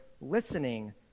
listening